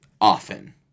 Often